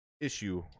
issue